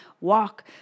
walk